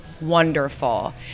wonderful